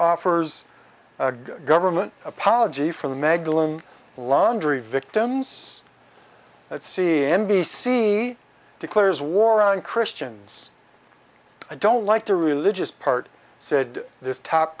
offers government apology for the magdalen laundry victims at c n b c declares war on christians i don't like the religious part said this top